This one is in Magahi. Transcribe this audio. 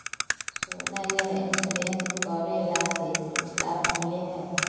सोना यह इंश्योरेंस करेला से कुछ लाभ मिले है?